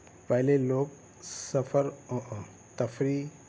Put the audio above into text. پہلے لوگ سفر تفریح